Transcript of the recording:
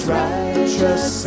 righteous